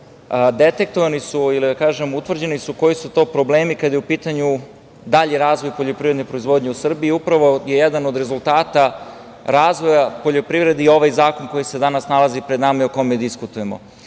detektovani su ili da kažem utvrđeno je koji su to problemi kada je u pitanju dalji razvoj poljoprivredne proizvodnje u Srbiji i upravo je jedan od rezultata razvoja poljoprivrede i ovaj zakon koji se danas nalazi pred nama i o kome diskutujemo. Ovim